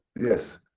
yes